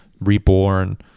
reborn